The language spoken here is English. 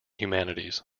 humanities